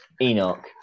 Enoch